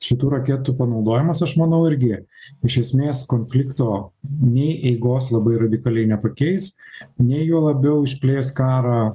šitų raketų panaudojimas aš manau irgi iš esmės konflikto nei eigos labai radikaliai nepakeis nei juo labiau išplės karą